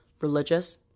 religious